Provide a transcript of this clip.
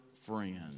friend